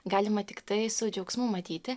galima tiktai su džiaugsmu matyti